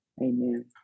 Amen